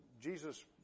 Jesus